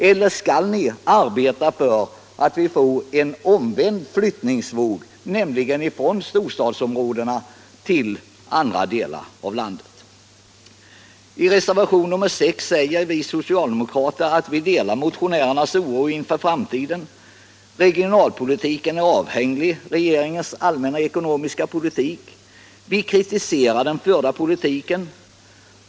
Eller tänker ni arbeta för att vi skall få en omvänd flyttningsvåg, nämligen från storstadsområdena till andra delar av landet? I reservationen 6 säger vi socialdemokrater att vi delar motionärernas oro inför framtiden. Regionalpolitiken är avhängig av regeringens allmänna ekonomiska politik. Vi kritiserar den förda politiken.